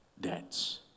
debts